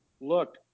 look